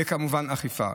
וכמובן אכיפה.